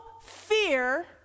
fear